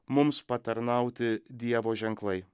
mums patarnauti dievo ženklai